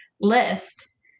list